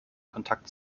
kontakt